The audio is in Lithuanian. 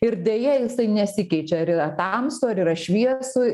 ir deja jisai nesikeičia ar yra tamsu ar yra šviesu